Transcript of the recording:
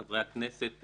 חברי הכנסת,